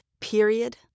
Period